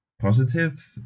positive